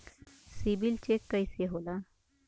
CIBIL check कइसे होला?